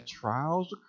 trials